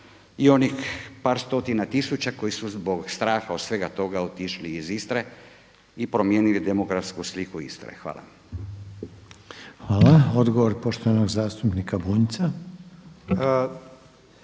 i onih par stotina tisuća koji su zbog straha od svega toga otišli iz Istre i promijenili demografsku sliku Istre. Hvala. **Reiner, Željko (HDZ)** Hvala. Odgovor poštovanog zastupnika Bunjca.